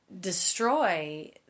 destroy